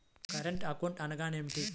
Current account అనగా ఏమిటి?